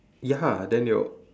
ya then they will